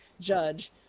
Judge